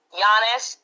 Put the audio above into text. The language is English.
Giannis